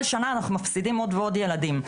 כל שנה אנחנו מפסידים עוד ועוד ילדים.